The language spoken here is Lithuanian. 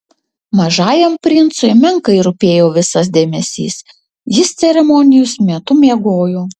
mažajam princui menkai rūpėjo visas dėmesys jis ceremonijos metu miegojo